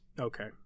Okay